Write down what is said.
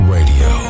Radio